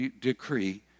decree